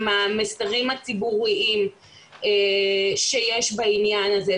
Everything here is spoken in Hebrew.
עם המסרים הציבוריים שיש בעניין הזה,